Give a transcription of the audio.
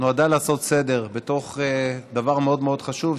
נועדה לעשות סדר בתוך דבר מאוד מאוד חשוב.